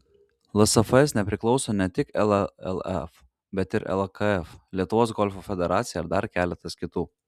lsfs nepriklauso ne tik llaf bet ir lkf lietuvos golfo federacija ir dar keletas kitų